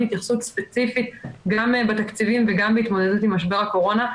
התייחסות ספציפית גם בתקציבים וגם בהתמודדות עם משבר הקורונה.